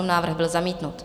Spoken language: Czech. Návrh byl zamítnut.